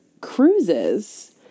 cruises